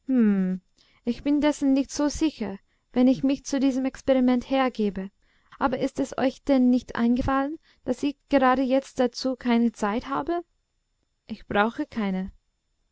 ich bin dessen nicht so sicher wenn ich mich zu diesem experiment hergäbe aber ist es euch denn nicht eingefallen daß ich gerade jetzt dazu keine zeit habe ich brauche keine